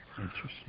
Interesting